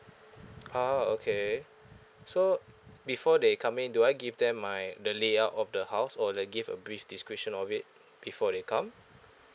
oh okay so before they come in do I give them my the layout of the house or the give a brief description of it before they come